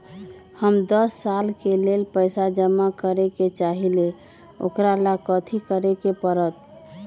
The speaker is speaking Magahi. हम दस साल के लेल पैसा जमा करे के चाहईले, ओकरा ला कथि करे के परत?